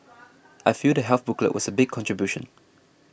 I feel the health booklet was a big contribution